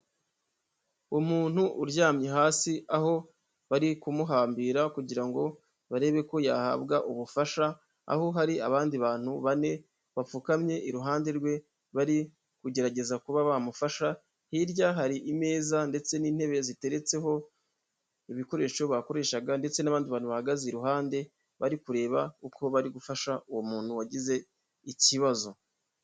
Umuntu uryamye hasi aho bari kumuhambira kugira ngo barebe ko yahabwa ubufasha, aho hari abandi bantu bane bapfukamye iruhande rwe bari kugerageza kuba bamufasha, hirya hari imeza ndetse n'intebe ziteretseho ibikoresho bakoreshaga, ndetse n'abandi bantu bahagaze iruhande bari kureba uko bari gufasha uwo muntu wagize ikibazo.